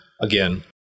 again